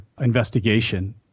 investigation